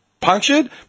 punctured